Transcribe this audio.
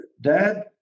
dad